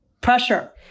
pressure